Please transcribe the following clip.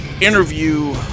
Interview